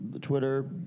Twitter